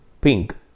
pink